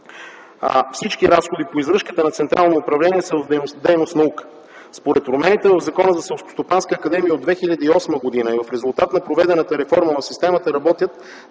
всички разходи по издръжката на Централното управление са в дейност наука. Според промените в Закона за Селскостопанската академия от 2008 г. и в резултат на проведената реформа в системата работят